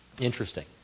Interesting